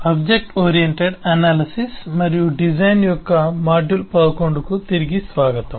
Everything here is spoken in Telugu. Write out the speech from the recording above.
ఆబ్జెక్ట్ ఓరియెంటెడ్ అనాలిసిస్ మరియు డిజైన్ యొక్క మాడ్యూల్ 11 కు తిరిగి స్వాగతం